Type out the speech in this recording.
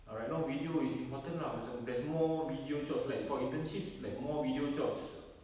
uh right now video is important lah macam there's more video jobs like for internship like more video jobs err